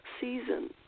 season